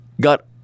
got